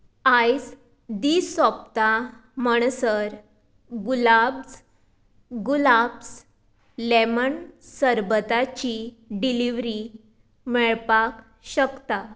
आयज दीस सोंपता म्हणसर गुलाब्ज गुलाब्स लेमन सरबताची डिलिव्हरी मेळपाक शकता